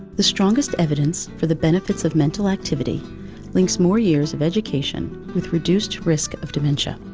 the strongest evidence for the benefits of mental activity links more years of education with reduced risk of dementia.